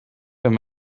wenn